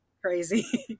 crazy